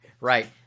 right